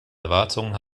erwartungen